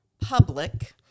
public